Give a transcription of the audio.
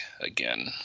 again